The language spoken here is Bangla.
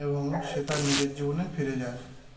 এবং সে তার নিজের জীবনে ফিরে যায়